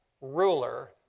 ruler